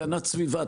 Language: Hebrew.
הגנת סביבה,